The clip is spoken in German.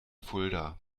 fulda